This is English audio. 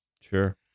Sure